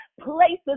places